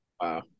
Wow